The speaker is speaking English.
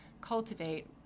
cultivate